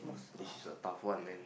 this is a tough one man